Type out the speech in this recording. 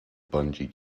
bungee